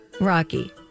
Rocky